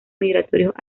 migratorios